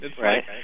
right